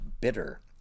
bitter